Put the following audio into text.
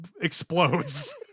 explodes